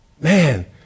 man